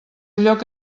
lloc